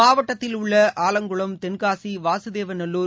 மாவட்டத்தில் உள்ள ஆவங்குளம் தென்காசி வாசுதேவநல்லுர்